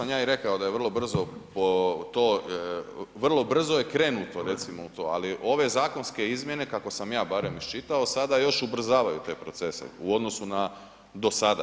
To sam ja i rekao da je vrlo brzo, vrlo brzo je krenuto recimo u to ali ove zakonske izmjene kako sam ja barem iščitao sada još ubrzavaju te procese u odnosu na dosada.